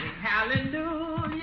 Hallelujah